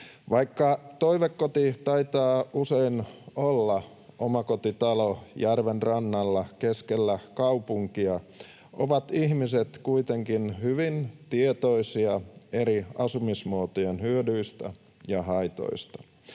Vaikka toivekoti taitaa usein olla omakotitalo järven rannalla keskellä kaupunkia, ovat ihmiset kuitenkin hyvin tietoisia eri asumismuotojen hyödyistä ja haitoista.